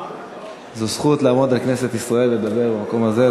זאת זכות לעמוד בכנסת ישראל ולדבר במקום הזה,